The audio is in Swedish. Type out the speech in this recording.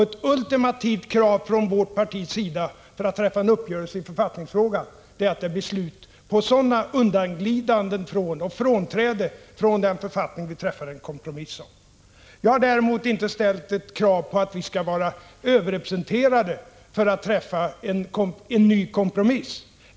Ett ultimativt krav från vårt partis sida för att träffa en uppgörelse i författningsfrågan är att det blir slut på sådana undanglidanden från och frånträdanden från den författning som vi träffade en kompromiss om. Jag har inte ställt krav på att vi skall vara överrepresenterade för att träffa en ny kompromiss.